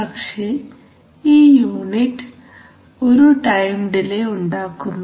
പക്ഷേ ഈ യൂണിറ്റ് ഒരു ടൈം ഡിലെ ഉണ്ടാക്കുന്നു